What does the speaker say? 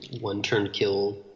one-turn-kill